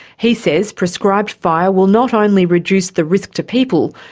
he says prescribed fire will not only reduce the risk to people,